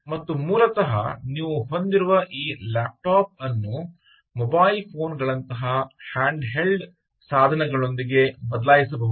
ಮತ್ತು ಮೂಲತಃ ನೀವು ಹೊಂದಿರುವ ಈ ಲ್ಯಾಪ್ಟಾಪ್ ಅನ್ನು ಮೊಬೈಲ್ ಫೋನ್ ಗಳಂತಹ ಹ್ಯಾಂಡ್ ಹೆಲ್ಡ್ ಸಾಧನಗಳೊಂದಿಗೆ ಬದಲಾಯಿಸಬಹುದು